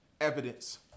evidence